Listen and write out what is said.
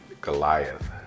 Goliath